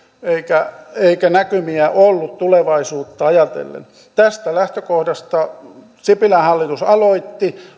eikä eikä näkymiä ollut tulevaisuutta ajatellen tästä lähtökohdasta sipilän hallitus aloitti